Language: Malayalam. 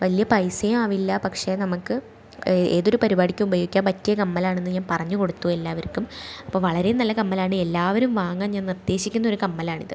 വല്യ പൈസയും ആവില്ല പക്ഷെ നമ്മൾക്ക് ഏതൊരു പരിപാടിക്കും ഉപയോഗിക്കാൻ പറ്റിയ കമ്മലാണെന്ന് ഞാൻ പറഞ്ഞ് കൊടുത്തു എല്ലാവർക്കും അപ്പോൾ വളരെ കമ്മലാണ് എല്ലാവരും വാങ്ങാൻ ഞാൻ നിർദ്ദേശിക്കുന്ന ഒരു കമ്മലാണ് ഇത്